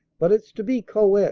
but it's to be co-ed,